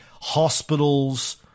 hospitals